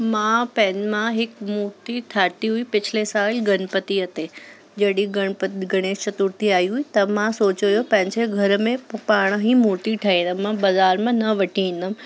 मां पैन मां हिक मूर्ति ठाही हुई पिछले सालु गणपतिअ ते जॾहिं गण गणेश चतुर्थी आई हुई त मां सोचो हुओ पंहिंजे घर में पाण ई मूर्ति ठाहींदमि मां बाज़ारि मां न वठी ईंदमि